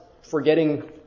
forgetting